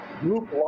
group